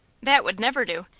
that would never do.